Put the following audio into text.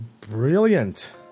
Brilliant